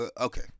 okay